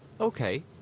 Okay